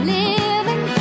living